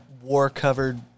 war-covered